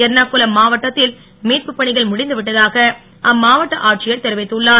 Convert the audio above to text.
எர்ணாகுனம் மாவட்டத்தில் மீட்பு பணிகள் முடிந்து விட்டதாக அம்மாவட்ட ஆட்சியர் தெரிவித்துள்ளார்